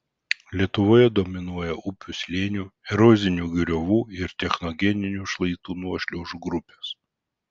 lietuvoje dominuoja upių slėnių erozinių griovų ir technogeninių šlaitų nuošliaužų grupės